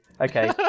Okay